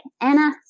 Anna